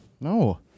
No